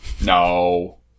No